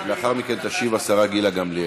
ולאחר מכן תשיב השרה גילה גמליאל.